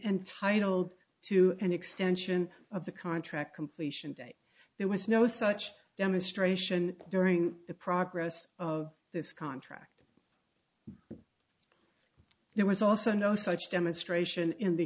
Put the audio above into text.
entitled to an extension of the contract completion date there was no such demonstration during the progress of this contract there was also no such demonstration in the